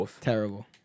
Terrible